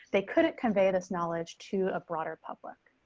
they couldn't convey this knowledge to a broader public.